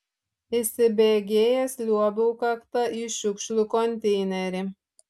įsibėgėjęs liuobiau kakta į šiukšlių konteinerį